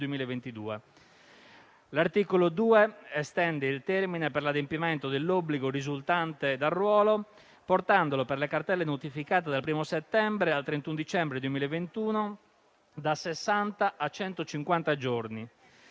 L'articolo 2 estende il termine per l'adempimento dell'obbligo risultante dal ruolo, portandolo per le cartelle notificate dal 1° settembre al 31 dicembre 2021 da sessanta